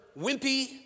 wimpy